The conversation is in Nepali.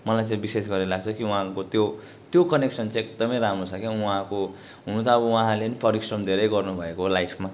मलाई चाहिँ विशेष गरेर लाग्छ कि उहाँको त्यो त्यो कनेक्सन चाहिँ एकदमै राम्रो छ क्या उहाँको हुन त उहाँले पनि परिश्रम धेरै गर्नुभएको हो लाइफमा